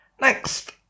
Next